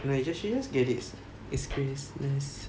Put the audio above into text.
you know what actually you should just get it's christmas